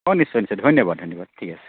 অ' নিশ্চয় নিশ্চয় ধন্যবাদ ধন্যবাদ ঠিক আছে